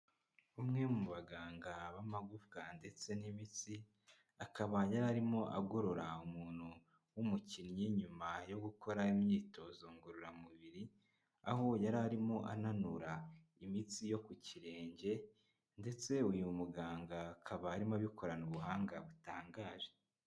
Umwe mu baganga b'amagufwa ndetse n'imitsi, akaba yararimo agorora umuntu w'umukinnyi nyuma yo gukora imyitozo ngororamubiri, aho yari arimo ananura imitsi yo ku kirenge ndetse uyu muganga akaba arimo abikorana ubuhanga butangaje.